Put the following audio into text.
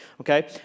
okay